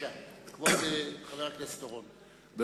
חבר הכנסת אורון, בבקשה.